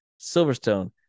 Silverstone